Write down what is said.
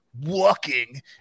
walking